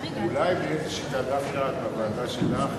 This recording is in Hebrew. אולי דווקא בוועדה שלך,